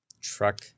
Truck